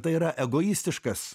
tai yra egoistiškas